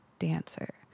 dancer